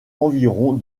environ